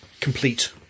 complete